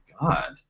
god